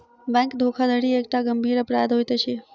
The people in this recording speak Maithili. बैंक धोखाधड़ी एकटा गंभीर अपराध होइत अछि